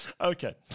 Okay